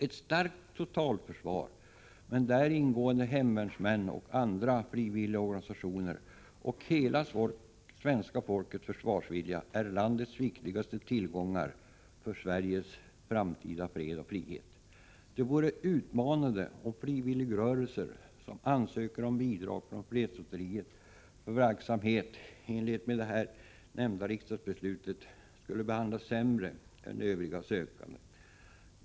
Ett starkt totalförsvar med däri ingående hemvärn och andra frivilliga försvarsorganisationer och hela svenska folkets försvarsvilja är landets viktigaste tillgångar för Sveriges framtida fred och frihet. Det vore utmanande om frivilligrörelser som ansöker om bidrag från fredslotteriet för verksamhet i enlighet med det här nämnda regeringsbeslutet skulle behandlas sämre än övriga sökande.